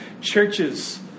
churches